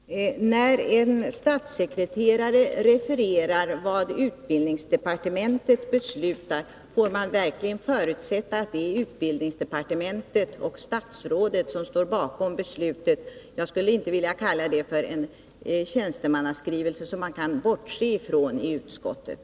Herr talman! När en statssekreterare refererar vad utbildningsdepartementet beslutar, får man verkligen förutsätta att utbildningsdepartementet och vederbörande statsråd står bakom beslutet. Jag skulle inte vilja kalla det för en tjänstemannaskrivelse som man kan bortse från i utskottet.